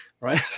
right